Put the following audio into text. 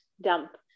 dump